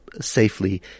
safely